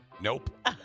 Nope